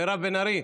מירב בן ארי,